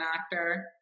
actor